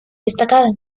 destacada